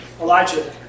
Elijah